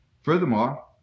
Furthermore